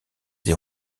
des